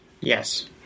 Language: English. Yes